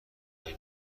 خبری